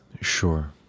sure